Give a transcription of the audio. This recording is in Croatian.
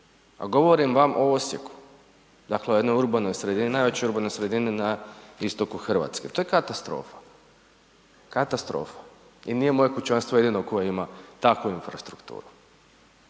A govorim vam o Osijeku, dakle jednoj urbanoj sredini, najvećoj urbanoj sredini na istoku Hrvatske, to je katastrofa. Katastrofa, i nije moje kućanstvo jedino koje ima takvu infrastrukturu.